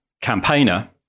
campaigner